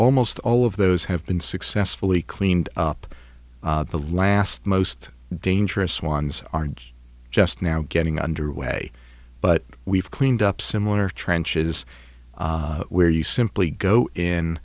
almost all of those have been successfully cleaned up the last most dangerous ones aren't just now getting under way but we've cleaned up similar trenches where you simply go in